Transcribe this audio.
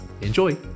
Enjoy